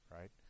Right